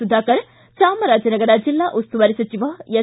ಸುಧಾಕರ್ ಚಾಮರಾಜನಗರ ಜಿಲ್ಲಾ ಉಸ್ತುವಾರಿ ಸಚಿವ ಎಸ್